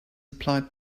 applied